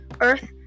Earth